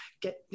get